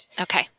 Okay